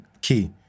Key